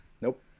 Nope